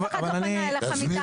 אף אחד לא פנה אליך מטעמי.